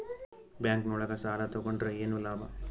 Bank ನೊಳಗ ಸಾಲ ತಗೊಂಡ್ರ ಏನು ಲಾಭ?